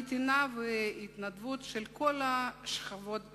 הנתינה וההתנדבות של כל שכבות האוכלוסייה.